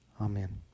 Amen